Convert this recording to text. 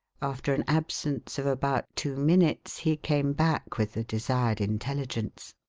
after an absence of about two minutes, he came back with the desired intelligence.